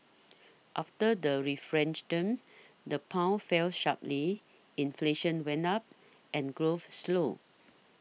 after the referendum the pound fell sharply inflation went up and growth slowed